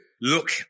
look